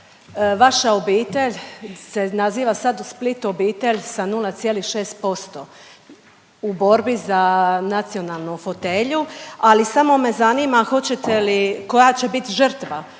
vaša obitelj se naziva sad u Splitu obitelj sa 0,6% u borbi za nacionalnu fotelju, ali samo me zanima hoćete li, koja će